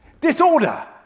Disorder